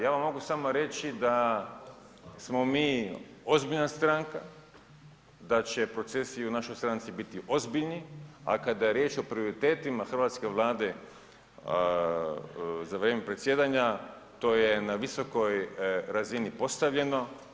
Ja vam mogu samo reći da smo mi ozbiljna stranka, da će procesi u našoj stranci biti ozbiljni, a kada je riječ o prioritetima Hrvatske vlade za vrijeme predsjedanja to je na visokoj razini postavljeno.